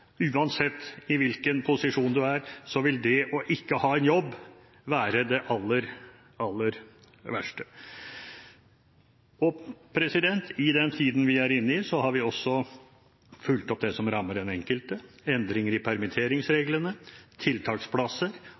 Uansett skattenivå og uansett hvilken posisjon man er i, vil det å ikke ha en jobb være det aller, aller verste. I den tiden vi er inne i, har vi også fulgt opp det som rammer den enkelte: endringer i permitteringsreglene, tiltaksplasser